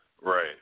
Right